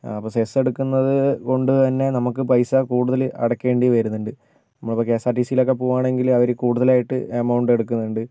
അപ്പം സെസ് എടുക്കുന്നത് കൊണ്ടുതന്നെ നമുക്ക് പൈസ കൂടുതൽ അടയ്ക്കേണ്ടി വരുന്നുണ്ട് നമ്മളിപ്പോൾ കെ എസ് ആർ ടി സിയിലൊക്കെ പോവുകയാണെങ്കിൽ അവർ കൂടുതലായിട്ട് എമൗണ്ട് എടുക്കുന്നുണ്ട്